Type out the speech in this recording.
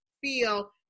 feel